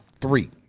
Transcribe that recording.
three